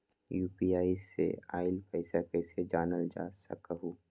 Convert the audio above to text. UPI से आईल पैसा कईसे जानल जा सकहु?